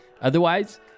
Otherwise